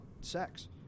sex